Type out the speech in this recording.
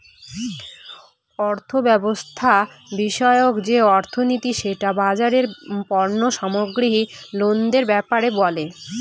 অর্থব্যবস্থা বিষয়ক যে অর্থনীতি সেটা বাজারের পণ্য সামগ্রী লেনদেনের ব্যাপারে বলে